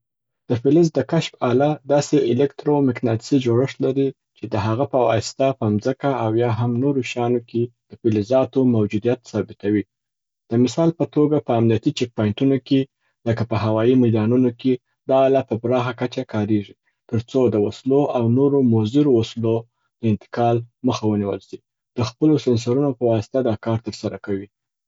د فلز د کشف اله داسي الیکترو میکناطسی جوړښت لري چې د هغه په واسطه په مځکه او یا هم نورو شیانو کي د فلزاتو موجودیت ثابتوي. د مثال په توګه په امنیتي چیک پانټونو کې لکه په هوايي میدانونو کې دا آله په پراخه کچه کاریږي، تر څو د وسلو او نورو موزیرو وسلو د انتقال مخه ونیول سي. د خپلو سینسرو په واسطه دا کار تر سره کوي.